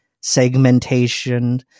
segmentation